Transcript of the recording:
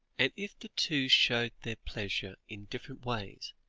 and if the two showed their pleasure in different ways,